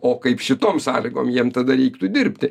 o kaip šitom sąlygom jiem tada reiktų dirbti